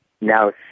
now